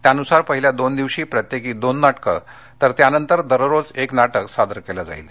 त्यानुसार पहिल्या दोन दिवशी प्रत्येकी दोन नाटक तर त्यानंतर दररोज एक नाटक सादर केलं जाणार आहे